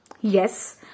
yes